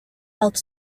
health